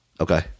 Okay